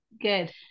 Good